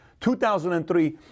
2003